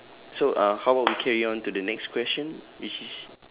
so uh how about we carry on to the next question which is